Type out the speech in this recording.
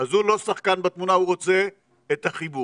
אז הוא לא שחקן בתמונה, הוא רוצה את החיבור.